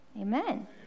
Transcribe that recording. amen